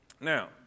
now